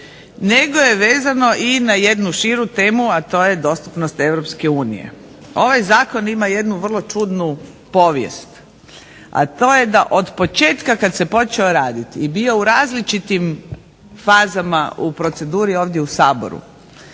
nego je vezano i na jednu širu temu, a to je dostupnost EU. Ovaj zakon ima jednu vrlo čudnu povijest, a to je da od početka kad se počeo raditi i bio u različitim fazama u proceduri ovdje u Saboru